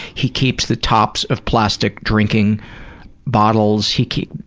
he keeps the tops of plastic drinking bottles, he keeps.